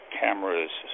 cameras